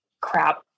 crap